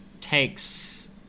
takes